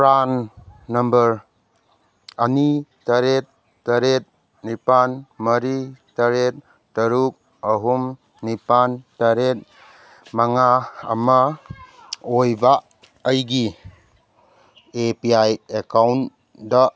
PRAN number ꯑꯅꯤ ꯇꯔꯦꯠ ꯇꯔꯦꯠ ꯅꯤꯄꯥꯟ ꯃꯔꯤ ꯇꯔꯦꯠ ꯇꯔꯨꯛ ꯑꯍꯨꯝ ꯅꯤꯄꯥꯟ ꯇꯔꯦꯠ ꯃꯉꯥ ꯑꯃ ꯑꯣꯏꯕ ꯑꯩꯒꯤ ꯑꯦ ꯄꯤ ꯑꯥꯏ ꯑꯦꯀꯥꯎꯟꯗ